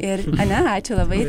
ir ane ačiū labai